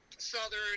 southern